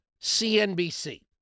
CNBC